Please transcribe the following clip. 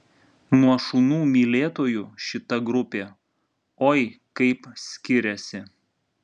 nuo šunų mylėtojų šita grupė oi kaip skiriasi